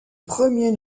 premier